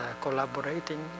collaborating